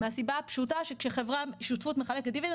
מהסיבה הפשוטה שכששותפות מחלקת דיבידנד